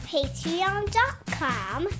Patreon.com